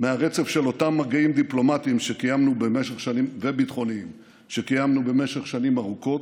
מהרצף של אותם מגעים דיפלומטיים וביטחוניים שקיימנו במשך שנים ארוכות,